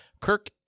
Kirk